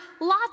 lots